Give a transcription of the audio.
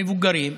מבוגרים,